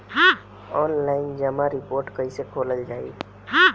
Online जमा deposit कैसे खोलल जाइ?